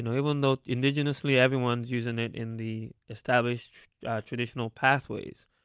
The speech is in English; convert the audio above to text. and even though indigenously everyone's using it in the established traditional pathways,